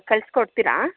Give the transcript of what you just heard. ಕಳ್ಸ್ಕೊಡ್ತೀರಾ